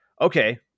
okay